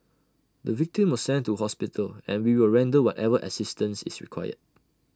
the victim was sent to hospital and we will render whatever assistance is required